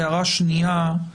הערה שנייה,